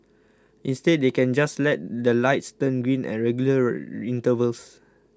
instead they can just let the lights turn green at regular intervals